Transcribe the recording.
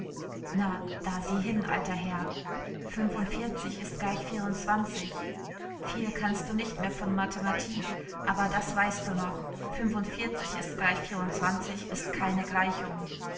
na da sieh hin alter herr ist gleich viel kannst du nicht mehr von mathematik aber das weißt du doch noch ist keine gleichung